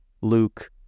Luke